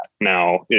now